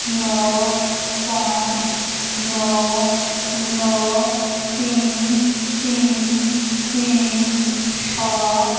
नओ पाँच नओ नओ तीन तीन तीन छओ